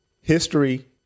history